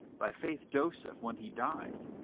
by faith joseph, when he died,